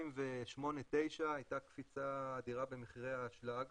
ב-2008-9 הייתה קפיצה אדירה במחירי האשלג